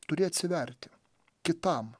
turi atsiverti kitam